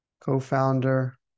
co-founder